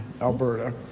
Alberta